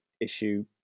issue